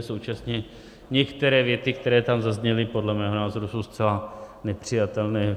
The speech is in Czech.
Současně některé věty, které tam zazněly, podle mého názoru jsou zcela nepřijatelné.